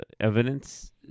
evidence